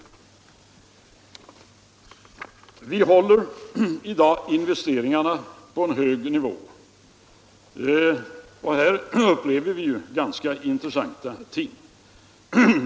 Vi håller i dag investeringarna på en hög nivå. Här upplever vi ganska intressanta ting.